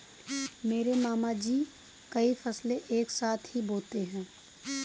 मेरे मामा जी कई फसलें एक साथ ही बोते है